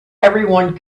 everyone